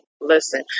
listen